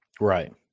right